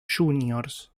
juniors